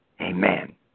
amen